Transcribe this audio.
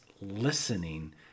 listening